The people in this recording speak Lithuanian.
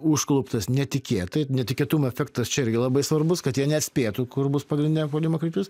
užkluptas netikėtai netikėtumo efektas čia irgi labai svarbus kad jie nespėtų kur bus pagrindinė puolimo kryptis